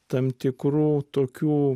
tam tikrų tokių